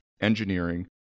engineering